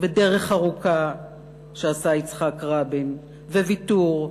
ודרך ארוכה שעשה יצחק רבין, וויתור,